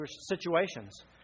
situations